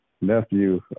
nephew